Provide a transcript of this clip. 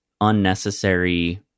unnecessary